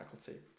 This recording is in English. faculty